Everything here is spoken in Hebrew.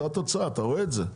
אתם רואים את זה,